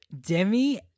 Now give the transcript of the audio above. Demi